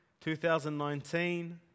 2019